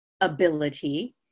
ability